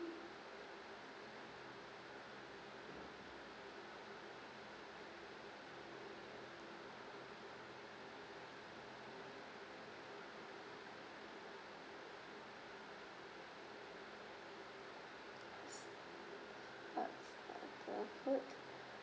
s~ uh the food